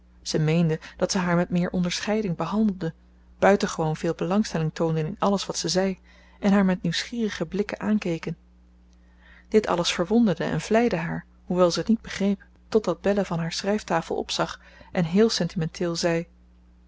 ze meende dat ze haar met meer onderscheiding behandelden buitengewoon veel belangstelling toonden in alles wat ze zei en haar met nieuwsgierige blikken aankeken dit alles verwonderde en vleide haar hoewel ze het niet begreep totdat belle van haar schrijftafel opzag en heel sentimenteel zei